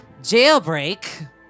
jailbreak